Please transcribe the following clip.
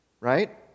right